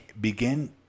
begin